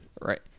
Right